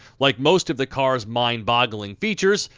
like most of the car's mindboggling features,